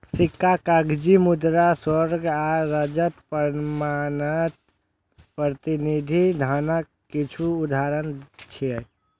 सिक्का, कागजी मुद्रा, स्वर्ण आ रजत प्रमाणपत्र प्रतिनिधि धनक किछु उदाहरण छियै